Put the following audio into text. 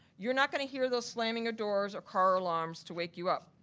you're not gonna hear those slamming of doors, or car alarms to wake you up.